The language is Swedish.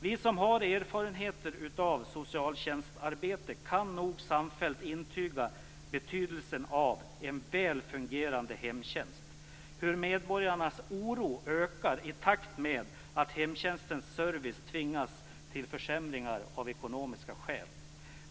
Vi som har erfarenheter av socialtjänstarbete kan nog samfällt intyga betydelsen av en väl fungerande hemtjänst och hur medborgarnas oro ökar i takt med att hemtjänstens service tvingas till försämringar av ekonomiska skäl.